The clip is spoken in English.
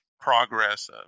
progress